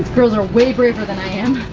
girls are way braver than i am.